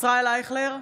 ישראל אייכלר,